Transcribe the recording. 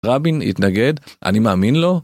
רבין התנגד, אני מאמין לו?